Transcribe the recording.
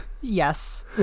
yes